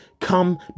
come